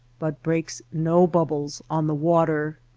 but breaks no bubbles on the water.